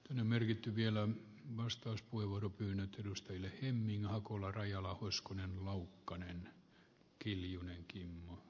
on merkitty vielä vastauspuheenvuoropyynnöt edustajille aiemmin hakulla rojola uskoneen laukkanen tuomaan turvaan